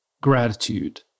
gratitude